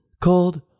called